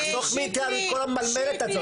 תחסוך מאיתנו את כל המלמלת הזאת.